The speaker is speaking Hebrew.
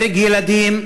הרג ילדים,